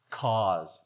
cause